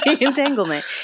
entanglement